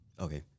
okay